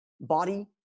body